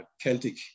Celtic